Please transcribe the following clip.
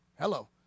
Hello